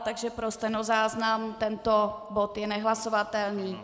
Takže pro stenozáznam, tento bod je nehlasovatelný.